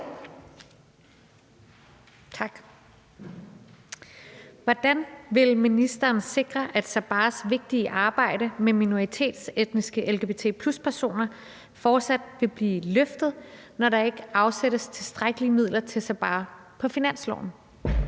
(EL): Hvordan vil ministeren sikre, at Sabaahs vigtige arbejde med minoritetsetniske lgbt+-personer fortsat vil blive løftet, når der ikke afsættes tilstrækkelige midler til Sabaah på den nye